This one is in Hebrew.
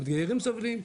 המתגיירים סובלים.